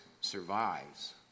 survives